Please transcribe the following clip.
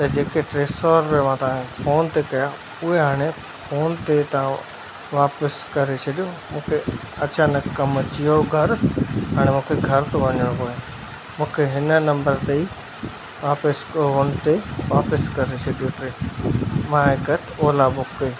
त जेके टे सौ रुपया मां तव्हांखे फोन ते कया उहे हाणे फोन ते तव्हां वापसि करे छॾियो मूंखे हिन नंबर ते ई वापसि फोन ते वापिसि करे छॾियो टे मां हिकु ओला बुक कई